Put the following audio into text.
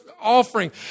offering